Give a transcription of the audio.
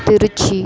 Trichy